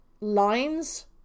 lines